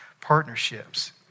partnerships